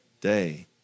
day